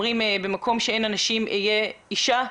אומרים שבמקום שאין אנשים היה אישה,